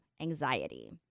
anxiety